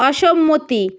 অসম্মতি